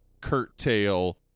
curtail